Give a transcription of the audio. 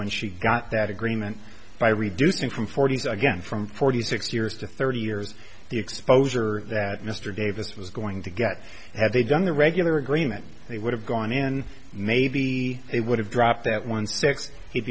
when she got that agreement by reducing from forty's again from forty six years to thirty years the exposure that mr davis was going to get had they done the regular agreement they would have gone in maybe they would have dropped that one six he'd